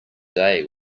day